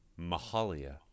Mahalia